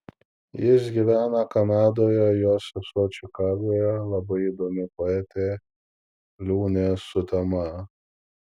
jis gyvena kanadoje o jo sesuo čikagoje labai įdomi poetė liūnė sutema